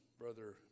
Brother